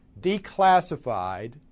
declassified